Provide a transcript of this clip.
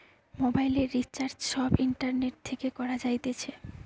মোবাইলের রিচার্জ সব ইন্টারনেট থেকে করা যাইতেছে